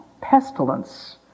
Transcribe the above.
Pestilence